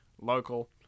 local